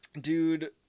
Dude